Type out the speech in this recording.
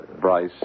Bryce